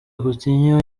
coutinho